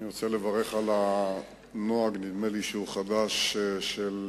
אני רוצה לברך על הנוהג החדש הזה,